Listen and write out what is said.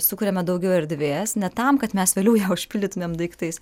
sukuriame daugiau erdvės ne tam kad mes vėliau ją užpildytumėm daiktais